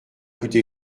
coûté